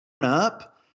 up